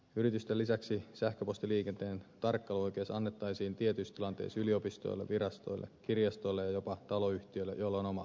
yritysten lisäksi sähköpostiliikenteen tarkkailuoikeus annettaisiin tietyissä tilanteissa yliopistoille virastoille kirjastoille ja jopa taloyhtiöille joilla on oma viestintäverkko